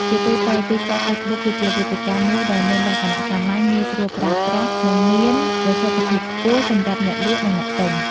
ជាទូទៅ ទីផ្សារហ្វេសប៊ុកគឺជាវេទិកាមួយដែលមានលក្ខណៈសាមញ្ញ ងាយស្រួលប្រើប្រាស់ និងមានប្រសិទ្ធភាពខ្ពស់សម្រាប់អ្នកលក់និងអ្នកទិញ។